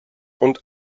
und